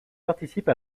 participe